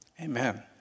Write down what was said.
Amen